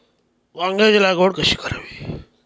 वांग्यांची लागवड कशी करावी?